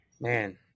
man